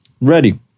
Ready